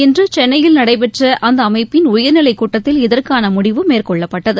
இன்று சென்னையில் நடைபெற்ற அந்த அமைப்பின் உயர்நிலை கூட்டத்தில் இதற்கான முடிவு மேற்கொள்ளப்பட்டது